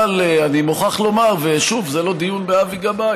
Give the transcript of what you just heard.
אבל אני מוכרח לומר, שוב, זה לא דיון באבי גבאי.